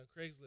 Craigslist